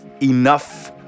enough